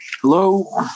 Hello